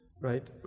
right